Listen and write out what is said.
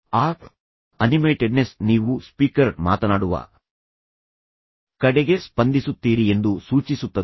ಆ ಅನಿಮೇಟೆಡ್ನೆಸ್ ನೀವು ಸ್ಪೀಕರ್ ಮಾತನಾಡುವ ಕಡೆಗೆ ಸ್ಪಂದಿಸುತ್ತೀರಿ ಎಂದು ಸೂಚಿಸುತ್ತದೆ